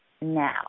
now